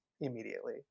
immediately